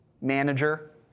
manager